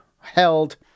held